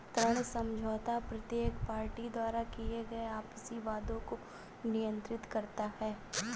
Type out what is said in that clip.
ऋण समझौता प्रत्येक पार्टी द्वारा किए गए आपसी वादों को नियंत्रित करता है